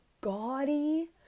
gaudy